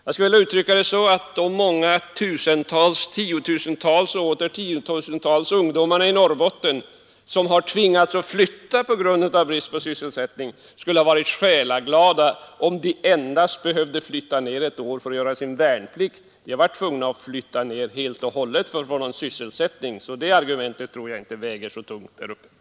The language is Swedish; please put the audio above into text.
Jag skulle vilja uttrycka det så att de tiotusentals och åter tiotusentals ungdomar i Norrbotten som har tvingats flytta på grund av brist på sysselsättning skulle ha varit själaglada om de endast behövt flytta ned ett år för att göra sin värnplikt. De har varit tvungna att flytta ned för gott för att få någon sysselsättning. Det argumentet från herr Björck tror jag inte väger så tungt där uppe.